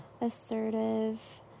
assertive